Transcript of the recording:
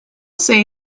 say